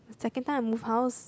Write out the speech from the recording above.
second time I moved house